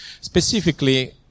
Specifically